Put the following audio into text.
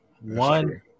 one